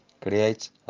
creates